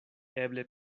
eble